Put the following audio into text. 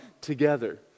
together